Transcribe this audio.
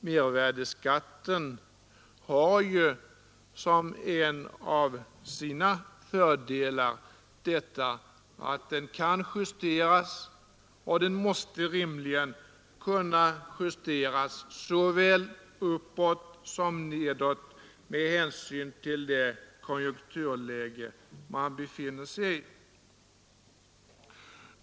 Mervärdeskatten har ju som en av sina fördelar att den kan justeras, och den måste rimligtvis kunna justeras såväl uppåt som nedåt med hänsyn till det konjunkturläge man befinner sig i.